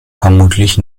vermutlich